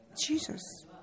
Jesus